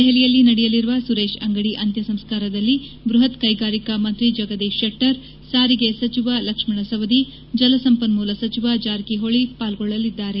ದೆಹಲಿಯಲ್ಲಿ ನಡೆಯಲಿರುವ ಸುರೇಶ್ ಅಂಗದಿ ಅಂತ್ಯಸಂಸ್ಕಾರದಲ್ಲಿ ಬೃಹತ್ ಕೈಗಾರಿಕಾ ಮಂತ್ರಿ ಜಗದೀಶ್ ಶೆಟ್ಟರ್ ಸಾರಿಗೆ ಸಚಿವ ಲಕ್ಷ್ಮಣ ಸವದಿ ಜಲಸಂಪನ್ಮೂಲ ಸಚಿವ ಜಾರಕಿಹೊಳಿ ಪಾಲ್ಗೊಳ್ಳಲಿದ್ದಾರೆ